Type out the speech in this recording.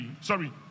Sorry